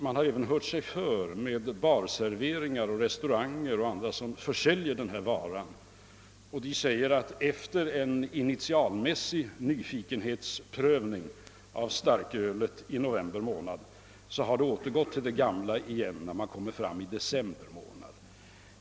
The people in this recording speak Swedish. Man har även hört sig för med barserveringar, restauranger och med alla som säljer denna vara, och man har därvid fått den uppgiften att efter en initialmässig nyfikenhetsprövning av starkölet under november månad har det återgått till det gamla igen under december.